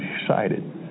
excited